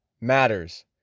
Matters